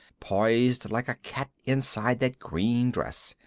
poised like a cat inside that green dress,